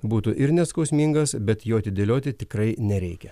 būtų ir neskausmingas bet jo atidėlioti tikrai nereikia